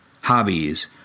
Hobbies